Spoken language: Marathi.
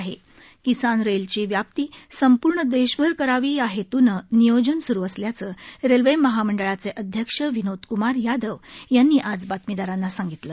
किसान रेल ची व्याप्ती संपूर्ण देशभर करावी या हेतूनं नियोजन सुरु असल्याचं रेल्वे महामंडळाचे अध्यक्ष विनोद कुमार यादव यांनी आज बातमीदारांना सांगितलं